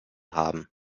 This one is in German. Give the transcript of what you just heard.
haben